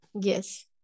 Yes